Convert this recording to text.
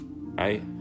right